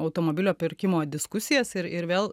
automobilio pirkimo diskusijas ir ir vėl